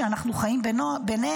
שאנחנו חיים בנס,